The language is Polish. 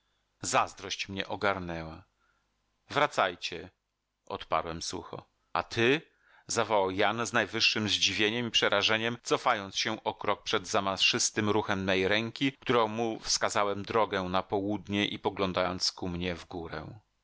zazdrość mnie ogarnęła wracajcie odparłem sucho a ty zawołał jan z najwyższem zdziwieniem i przerażeniem cofając się o krok przed zamaszystym ruchem mej ręki którą mu wskazałem drogę na południe i poglądając ku mnie w górę